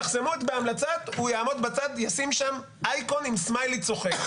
אני מוטרד מזה שאני אחזור לשלטון וייתנו בידי חופש פעולה.